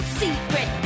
secret